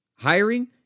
Hiring